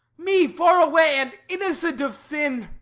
me, far away and innocent of sin?